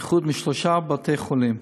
איחוד של שלושה בתי-חולים.